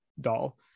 doll